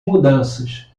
mudanças